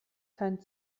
keinen